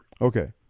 Okay